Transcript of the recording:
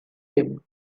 him